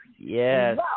yes